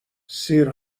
سیر